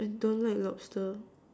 I don't like lobster